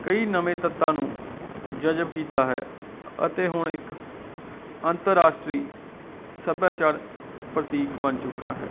ਕਈ ਨਵੇਂ ਤੱਤਾਂ ਨੂੰ ਜਜਬ ਕੀਤਾ ਹੈ ਅਤੇ ਹੁਣ ਇੱਕ ਅੰਤਰਰਾਸ਼ਟਰੀ ਸੱਭਿਆਚਾਰ ਪ੍ਰਤੀਕ ਬਣ ਚੁੱਕਾ ਹੈ